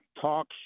talk